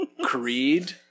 Creed